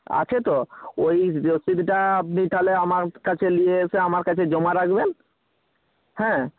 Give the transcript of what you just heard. আছে তো ওই রসিদটা আপনি তাহলে আমার কাছে নিয়ে এসে আমার কাছে জমা রাখবেন হ্যাঁ